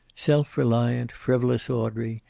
self-reliant, frivolous audrey,